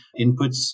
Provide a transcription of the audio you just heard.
inputs